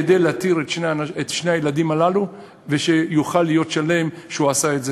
כדי להתיר את שני הילדים הללו ושיוכל להיות שלם שהוא עשה את זה.